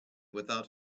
without